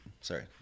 sorry